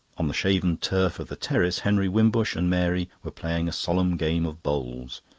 on the shaven turf of the terrace henry wimbush and mary were playing a solemn game of bowls.